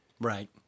Right